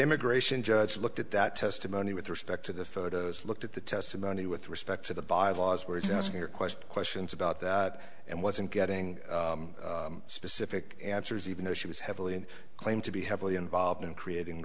immigration judge looked at that testimony with respect to the photos looked at the testimony with respect to the byelaws words asking her questions questions about that and wasn't getting specific answers even though she was heavily and claimed to be heavily involved in creating